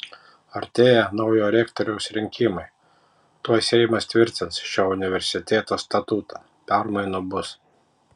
artėja naujo rektoriaus rinkimai tuoj seimas tvirtins šio universiteto statutą permainų bus